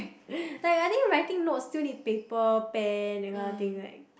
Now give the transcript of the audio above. like I think writing notes still need paper pen that kind of thing right